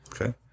Okay